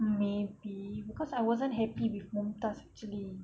maybe cause I wasn't happy with mumtaz actually